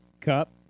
Cup